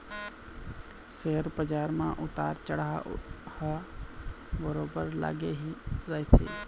share बजार म उतार चढ़ाव ह बरोबर लगे ही रहिथे